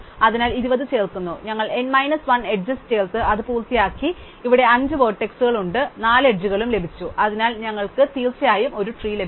അതിനാൽ 20 ചേർക്കുന്നു ഞങ്ങൾ n 1 എഡ്ജസ് ചേർത്തു അത് പൂർത്തിയാക്കി ഇവിടെ അഞ്ച് വെർട്ടിസെസ് ഉണ്ട് 4 എഡ്ജുകളും ലഭിച്ചു അതിനാൽ ഞങ്ങൾക്ക് തീർച്ചയായും ഒരു ട്രീ ലഭിക്കുന്നു